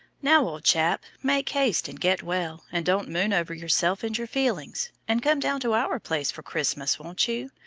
now, old chap, make haste and get well, and don't moon over yourself and your feelings. and come down to our place for christmas, won't you?